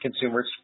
consumers